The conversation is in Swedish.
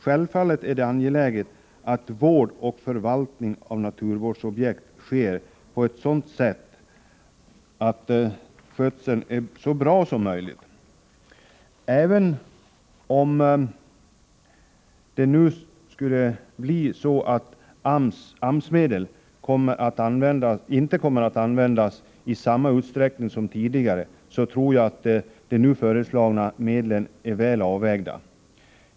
Självfallet är det angeläget att vård och förvaltning av naturvårdsobjekt sker på ett så bra sätt som möjligt. Även om AMS-medel inte skulle komma att användas i samma utsträckning som tidigare, tror jag att de nu föreslagna medlen är väl avvägda.